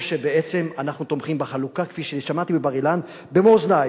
או שבעצם אנחנו תומכים בחלוקה כפי ששמעתי בבר-אילן במו אוזני,